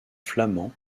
flamand